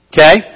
Okay